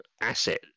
asset